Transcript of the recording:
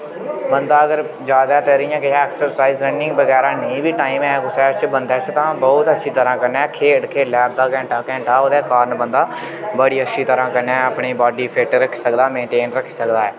बंदा अगर ज्यादातर इयां ऐक्सरसाइज रनिंग बगैरा नेईं बी टाइम ऐ कुसै' श बंदै' श तां बहुत अच्छी तरह कन्नै खेढ खेलै अद्धा घैंटा घैंटा ओह्दे कारण बंदा बड़ी अच्छी तरह कन्नै अपनी बाडी फिट रक्खी सकदा मेन्टेन रक्खी सकदा ऐ